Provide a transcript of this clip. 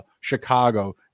Chicago